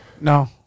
No